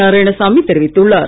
நாராயணசாமி தெரிவித்துள்ளார்